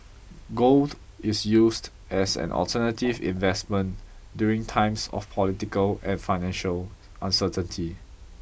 gold is used as an alternative investment during times of political and financial uncertainty